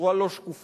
בצורה לא שקופה,